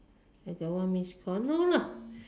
I got one missed call no lah